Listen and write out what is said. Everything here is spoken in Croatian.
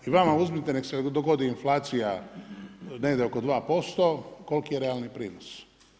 I vama uzmite nek se dogodi inflacija negdje oko 2%, koliki je realni prinos?